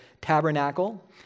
tabernacle